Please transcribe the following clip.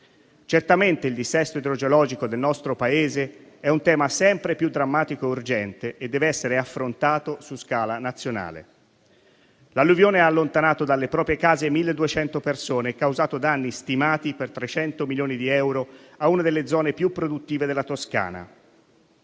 Certamente, il dissesto idrogeologico del nostro Paese è un tema sempre più drammatico e urgente, e deve essere affrontato su scala nazionale. L'alluvione ha allontanato dalle proprie case 1.200 persone e causato danni stimati per 300 milioni di euro a una delle zone più produttive della Toscana.